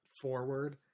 forward